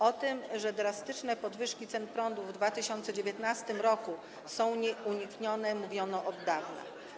O tym, że drastyczne podwyżki cen prądu w 2019 r. są nieuniknione, mówiono od dawna.